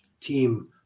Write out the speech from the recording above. team